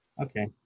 Okay